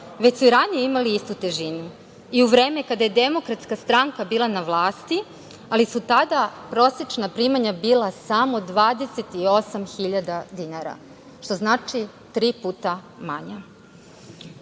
već su i ranije imali istu težinu, i u vreme kada je DS bila na vlasti, ali su tada prosečna primanja bila samo 28.000 dinara, što znači tri puta manja. Ne